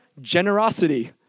Generosity